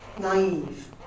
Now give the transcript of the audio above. naive